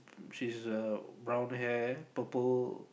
she's a brown hair purple